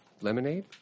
Lemonade